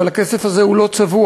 אבל הכסף הזה הוא לא צבוע,